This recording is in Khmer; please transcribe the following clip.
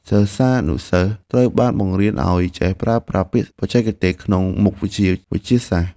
សិស្សានុសិស្សត្រូវបានបង្រៀនឱ្យចេះប្រើប្រាស់ពាក្យបច្ចេកទេសក្នុងមុខវិជ្ជាវិទ្យាសាស្ត្រ។